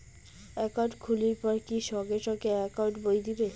Account খুলির পর কি সঙ্গে সঙ্গে একাউন্ট বই দিবে?